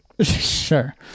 Sure